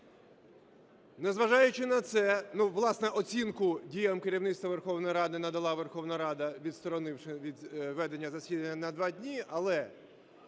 Незважаючи на це… власне, оцінку діям керівництва Верховної Ради надала Верховна Рада, відсторонивши від ведення засідання на два дні, але